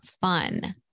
fun